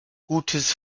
gutes